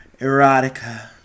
Erotica